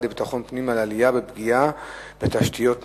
לביטחון פנים על העלייה בפגיעה בתשתיות בנגב.